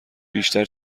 بیشتر